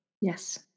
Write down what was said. Yes